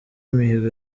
mihigo